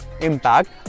impact